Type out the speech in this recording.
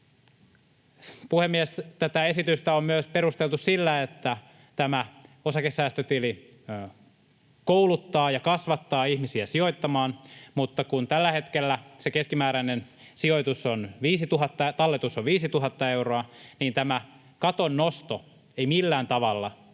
Puhemies! Tätä esitystä on myös perusteltu sillä, että tämä osakesäästötili kouluttaa ja kasvattaa ihmisiä sijoittamaan, mutta kun tällä hetkellä se keskimääräinen talletus on 5 000 euroa, niin tämä katon nosto ei millään tavalla lisää